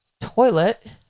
toilet